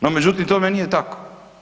No međutim tome nije tako.